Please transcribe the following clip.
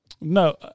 No